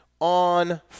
on